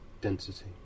density